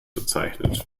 bezeichnet